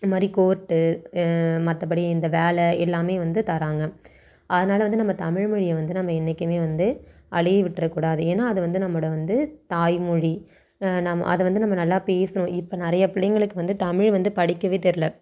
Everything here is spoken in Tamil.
அது மாதிரி கோர்ட்டு மற்றபடி இந்த வேலை எல்லாமே வந்து தராங்க அதனால வந்து நம்ம தமிழ்மொழியை வந்து நம்ம என்றைக்குமே வந்து அழிய விட்டுற கூடாது ஏனால் அது வந்து நம்மோடய வந்து தாய்மொழி நம்ம அதை வந்து நம்ம நல்லா பேசணும் இப்போ நிறையா பிள்ளைங்களுக்கு வந்து தமிழ் வந்து படிக்கவே தெரில